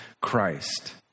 Christ